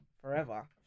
forever